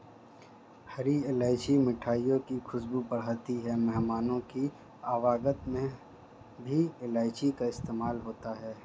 हरी इलायची मिठाइयों की खुशबू बढ़ाती है मेहमानों की आवभगत में भी इलायची का इस्तेमाल होता है